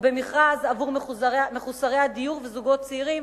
או במכרז עבור מחוסרי הדיור וזוגות צעירים